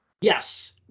Yes